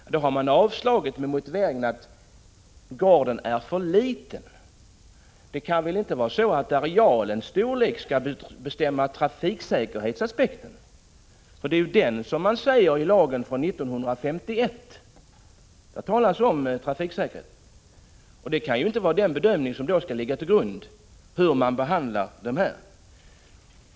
Ansökan har då avslagits med motiveringen att gården är för liten. Det kan väl inte vara så att arealens storlek skall bestämma trafiksäkerheten? I lagen från 1951 talas det om trafiksäkerhetsaspekten. Då kan inte arealen ligga till grund för bedömningen av dessa ansökningar.